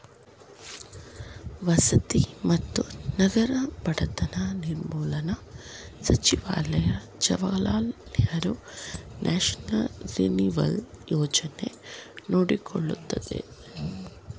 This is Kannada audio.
ವಸತಿ ಮತ್ತು ನಗರ ಬಡತನ ನಿರ್ಮೂಲನಾ ಸಚಿವಾಲಯ ಜವಾಹರ್ಲಾಲ್ ನೆಹರು ನ್ಯಾಷನಲ್ ರಿನಿವಲ್ ಯೋಜನೆ ನೋಡಕೊಳ್ಳುತ್ತಿದೆ